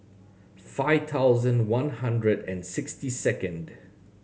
five thousand one hundred and sixty second